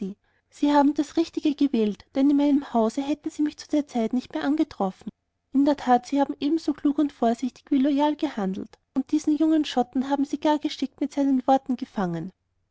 sie haben das richtige gewählt denn in meinem hause hätten sie mich zu der zeit nicht mehr angetroffen in der tat sie haben ebenso klug und vorsichtig wie loyal gehandelt und diesen jungen schotten haben sie gar geschickt in seinen eigenen worten gefangen